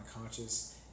conscious